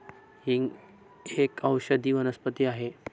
हिंग एक औषधी वनस्पती आहे